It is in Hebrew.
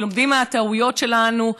ולומדים מהטעויות שלנו,